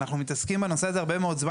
אנחנו מתעסקים בנושא הזה הרבה מאוד זמן